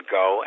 go